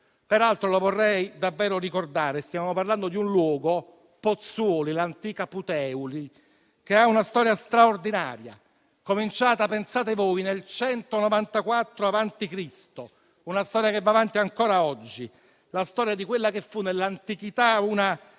Peraltro, lo vorrei davvero ricordare, stiamo parlando di un luogo - Pozzuoli, l'antica Puteoli - che ha una storia straordinaria, cominciata, pensate voi, nel 194 avanti Cristo, una storia che va avanti ancora oggi; la storia di quella che fu nell'antichità una città